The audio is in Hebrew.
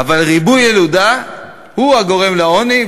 "אבל ריבוי ילודה הוא הגורם לעוני,